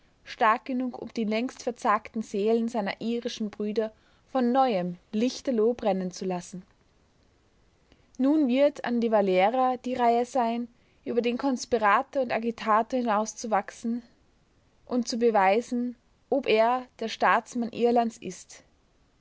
stark genug um die längst verzagten seelen seiner irischen brüder von neuem lichterloh brennen zu lassen nun wird an de valera die reihe sein über den konspirator und agitator hinaus zu wachsen und zu beweisen ob er der staatsmann irlands ist